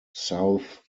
south